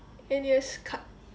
N_U_S cut